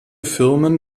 firmen